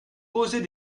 poser